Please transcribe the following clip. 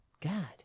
God